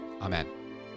Amen